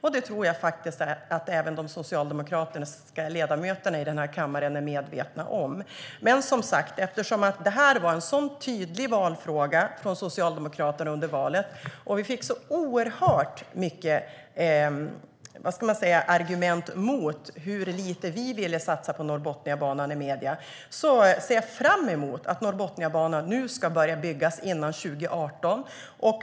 Jag tror att även de socialdemokratiska ledamöterna i den här kammaren är medvetna om detta. Som sagt: Eftersom detta var en sådan tydlig valfråga från Socialdemokraterna och eftersom vi fick så oerhört många argument mot hur lite vi vill satsa på Norrbotniabanan i medierna ser jag fram emot att Norrbotniabanan nu ska börja byggas före 2018.